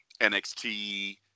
NXT